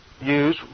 use